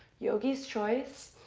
yogi's choice.